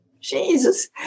Jesus